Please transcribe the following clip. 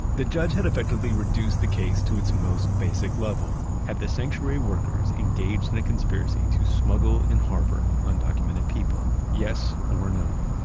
the judge had effectively reduced the case to its most basic level. had the sanctuary workers engaged in a conspiracy to smuggle and harbor undocumented people? yes or no.